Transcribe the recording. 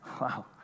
Wow